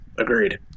agreed